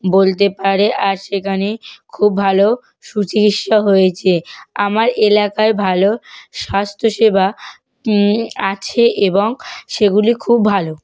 বলতে পারে আর সেখানে খুব ভালো সুচিকিৎসা হয়েছে আমার এলাকায় ভালো স্বাস্থ্যসেবা আছে এবং সেগুলি খুব ভালো